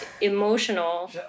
emotional